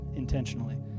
intentionally